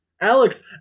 Alex